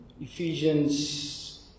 Ephesians